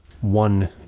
one